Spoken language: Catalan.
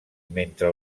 mentre